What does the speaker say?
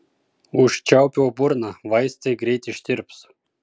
užčiaupiau burną vaistai greit ištirps